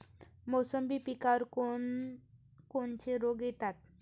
मोसंबी पिकावर कोन कोनचे रोग येतात?